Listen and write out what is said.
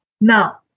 Now